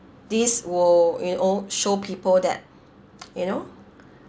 this will you know show people that you know